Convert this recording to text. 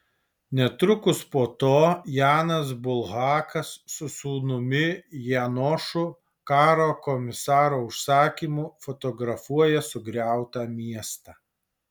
netrukus po to janas bulhakas su sūnumi janošu karo komisaro užsakymu fotografuoja sugriautą miestą